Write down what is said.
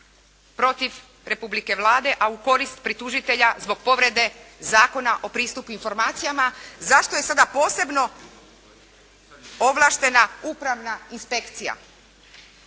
protiv Republike Vlade a u korist pritužitelja zbog povrede Zakona o pristupu informacijama. Zašto je sada posebno ovlaštena upravna inspekcija?